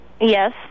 Yes